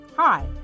hi